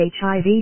HIV